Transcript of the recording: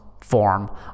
form